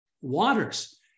waters